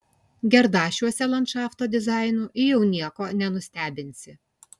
gerdašiuose landšafto dizainu jau nieko nenustebinsi